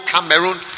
Cameroon